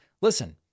listen